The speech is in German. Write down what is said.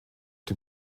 dem